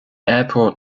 airport